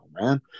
man